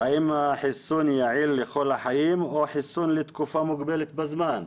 האם החיסון יעיל לכל החיים או חיסון לתקופה מוגבלת בזמן?